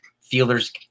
fielders